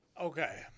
Okay